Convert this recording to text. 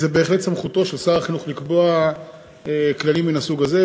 זו בהחלט סמכותו של שר החינוך לקבוע כללים מן הסוג הזה,